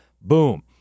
Boom